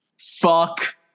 Fuck